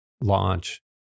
launch